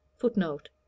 Footnote